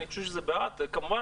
כמובן,